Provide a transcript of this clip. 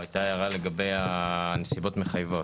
זאת הייתה הערה לגבי נסיבות מחייבות,